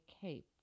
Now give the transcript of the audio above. cape